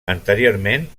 anteriorment